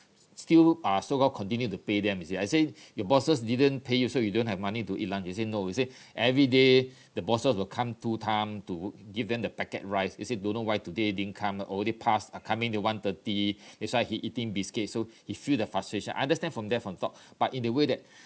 still ah so called continued to pay them you see I say your bosses didn't pay you so you don't have money to eat lunch he say no he say everyday the bosses will come two time to give them the packet rice he say don't know why today didn't come already past uh coming to one thirty that's why he eating biscuit so he feel the frustration I understand from that from talk but in the way that